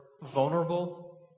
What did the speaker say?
vulnerable